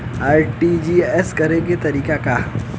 RTGS करे के तरीका का हैं?